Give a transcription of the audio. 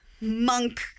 monk